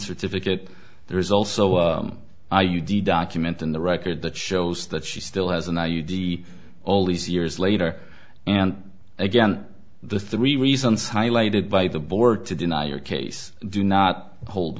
certificate there is also an i u d document in the record that shows that she still has an i u d all these years later and again the three reasons highlighted by the board to deny your case do not hold